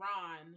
Ron